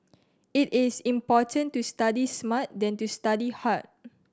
it is important to study smart than to study hard